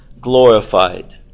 glorified